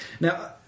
Now